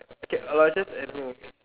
okay Aloysius and who